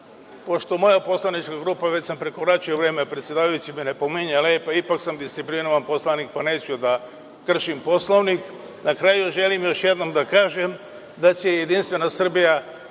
moja poslanička grupa, već sam prekoračio vreme, predsedavajući me opominje i ipak sam disciplinovan poslanik, pa neću da kršim Poslovnik, na kraju želim još jednom da kažem da će Jedinstvena Srbija